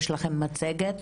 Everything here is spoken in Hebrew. יש לכם מצגת,